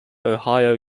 ohio